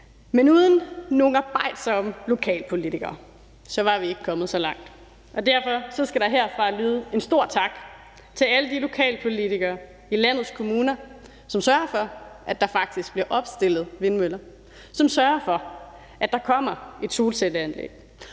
Men uden nogle arbejdsomme lokalpolitikere var vi ikke kommet så langt, og derfor skal der herfra lyde en stor tak til alle de lokalpolitikere i landets kommuner, som sørger for, at der faktisk bliver opstillet vindmøller, som sørger for, at der kommer et solcelleanlæg,